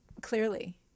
clearly